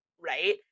right